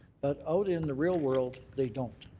but out in the real world, they don't.